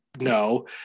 no